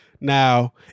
Now